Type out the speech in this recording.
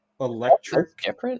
electric